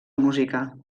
música